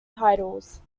titles